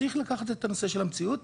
צריך לקחת את הנושא של המציאות,